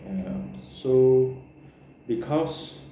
ya so because